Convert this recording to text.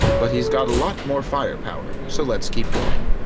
but he's got a lot more firepower, so let's keep going.